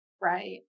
Right